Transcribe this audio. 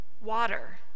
water